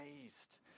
amazed